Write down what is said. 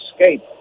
escape